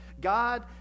God